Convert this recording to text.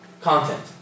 content